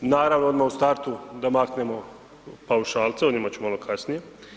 Naravno, odmah u startu da maknemo paušalce, o njima ću malo kasnije.